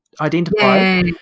identify